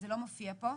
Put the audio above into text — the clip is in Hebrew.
זה לא מופיע פה,